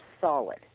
solid